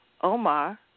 Omar